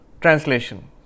Translation